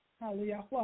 Hallelujah